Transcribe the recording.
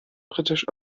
britisch